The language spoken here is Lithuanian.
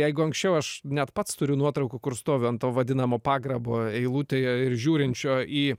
jeigu anksčiau aš net pats turiu nuotraukų kur stoviu ant to vadinamo pagrabo eilutėje ir žiūrinčio į